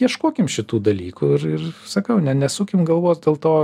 ieškokim šitų dalykų ir ir sakau ne nesukim galvos dėl to